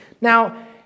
Now